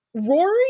Rory